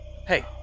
Hey